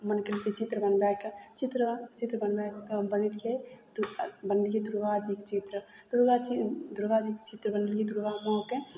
मन कयलकै चित्र बनबयके चित्र चित्र बनबय तऽ बनेलियै तऽ बनेलियै दुर्गाजीके चित्र दुर्गा ची दुर्गाजीके चित्र बनेलियै दुर्गा माँके